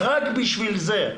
רק בשביל זה.